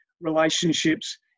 relationships